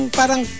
parang